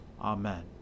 Amen